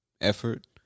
effort